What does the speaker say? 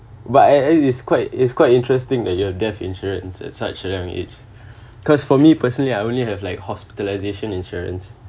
but I I it's quite it's quite interesting that you have death insurance at such a young age cause for me personally I only have like hospitalization insurance